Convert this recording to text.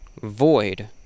void